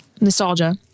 nostalgia